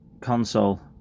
console